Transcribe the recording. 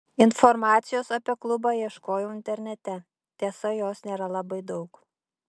informacijos apie klubą ieškojau internete tiesa jos nėra labai daug